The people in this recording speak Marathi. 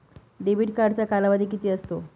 डेबिट कार्डचा कालावधी किती असतो?